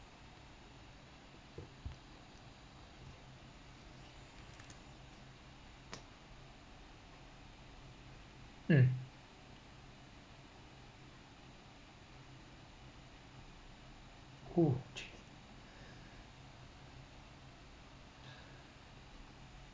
um oh jeez